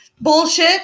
Bullshit